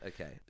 Okay